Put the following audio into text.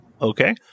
Okay